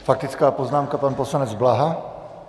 Faktická poznámka, pan poslanec Blaha.